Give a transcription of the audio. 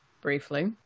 briefly